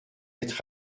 être